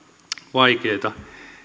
vaikeita